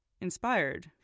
inspired